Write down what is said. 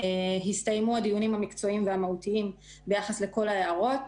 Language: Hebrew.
הסתיימו הדיונים המקצועיים והמהותיים ביחס לכל ההערות.